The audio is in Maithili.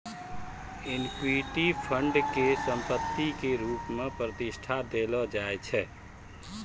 इक्विटी फंड के संपत्ति के रुप मे प्रतिष्ठा देलो जाय छै